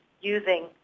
using